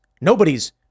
Nobody's